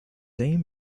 aim